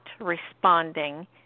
responding